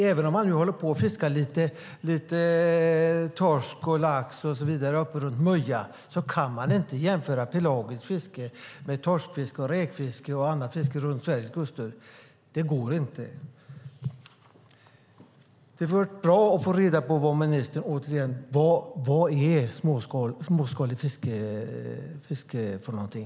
Även om man fiskar lite torsk och lax runt Möja kan man inte jämföra pelagiskt fiske med torskfiske, räkfiske och annat fiske runt Sveriges kuster. Det går inte. Det vore bra att få reda på vad småskaligt fiske och storskaligt fiske är för någonting.